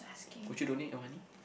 would you donate your money